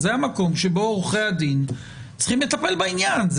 אז זה המקום שבו עורכי הדין צריכים לטפל בעניין.